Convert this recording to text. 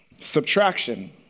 subtraction